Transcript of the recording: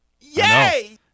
Yay